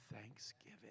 thanksgiving